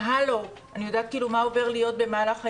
מה'הלו' אני יודעת מה הולך להיות במהלך היום.